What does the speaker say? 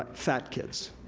fat kids,